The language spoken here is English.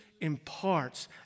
imparts